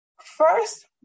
First